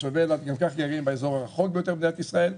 תושבי אילת גם כך גרים באזור הרחוק ביותר במדינת ישראל.